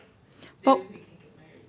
but